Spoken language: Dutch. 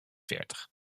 veertig